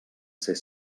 ser